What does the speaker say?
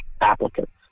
applicants